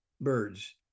birds